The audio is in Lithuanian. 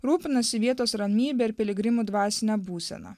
rūpinasi vietos ramybe ir piligrimų dvasine būsena